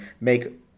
make